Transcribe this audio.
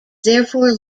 therefore